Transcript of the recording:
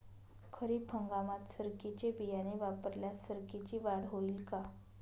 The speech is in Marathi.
खरीप हंगामात सरकीचे बियाणे वापरल्यास सरकीची वाढ होईल का?